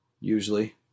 usually